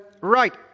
Right